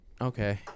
okay